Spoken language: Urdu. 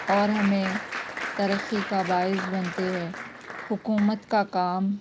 اور ہمیں ترقی کا باعث بنتے ہیں حکومت کا کام